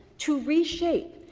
to reshape.